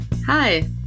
Hi